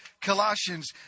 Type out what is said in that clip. Colossians